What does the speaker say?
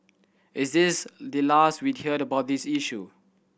is this the last we'd hear about this issue